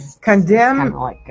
Condemn